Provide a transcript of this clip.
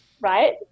right